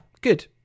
good